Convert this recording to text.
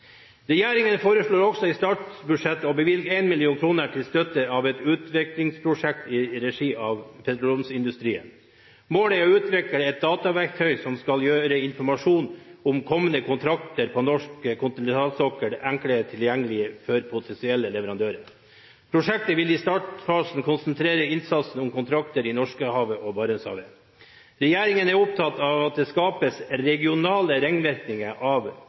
Regjeringen foreslår i statsbudsjettet å bevilge 1 mill. kr til støtte for et utviklingsprosjekt i regi av petroleumsindustrien. Målet er å utvikle et dataverktøy som skal gjøre informasjon om kommende kontrakter på norsk kontinentalsokkel enklere tilgjengelig for potensielle leverandører. Prosjektet vil i startfasen konsentrere innsatsen om kontrakter i Norskehavet og i Barentshavet. Regjeringen er opptatt av at det skapes regionale ringvirkninger av